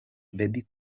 bebe